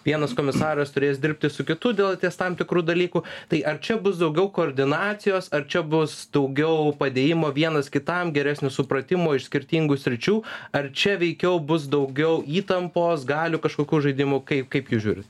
vienas komisaras turės dirbti su kitu dėl ties tam tikru dalyku tai ar čia bus daugiau koordinacijos ar čia bus daugiau padėjimo vienas kitam geresnio supratimo iš skirtingų sričių ar čia veikiau bus daugiau įtampos galių kažkokių žaidimų kai kaip jūs žiūrit